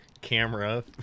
camera